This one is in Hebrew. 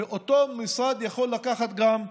ואותו משרד יכול לקחת גם,